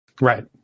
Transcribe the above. Right